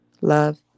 love